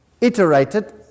iterated